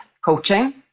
coaching